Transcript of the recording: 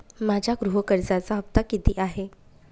माझ्या गृह कर्जाचा हफ्ता किती आहे?